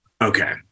Okay